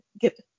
get –